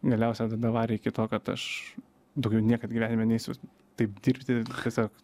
galiausia d davarė iki to kad aš daugiau niekad gyvenime neisiu taip dirbti tiesiog